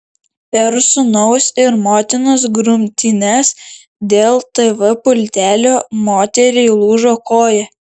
per sūnaus ir motinos grumtynes dėl tv pultelio moteriai lūžo koja